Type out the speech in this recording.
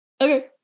Okay